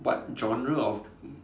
what genre of